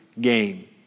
game